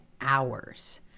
hours